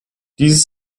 dieses